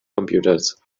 computers